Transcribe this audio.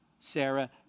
Sarah